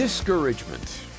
discouragement